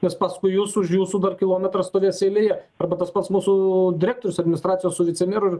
nes paskui jus už jūsų dar kilometrą stovės eilėje arba tas pats mūsų direktorius administracijos su vicemeru